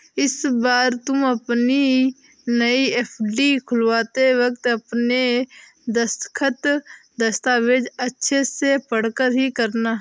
इस बार तुम अपनी नई एफ.डी खुलवाते वक्त अपने दस्तखत, दस्तावेज़ अच्छे से पढ़कर ही करना